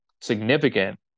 significant